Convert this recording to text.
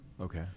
Okay